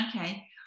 Okay